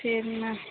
சரிங்க மேம்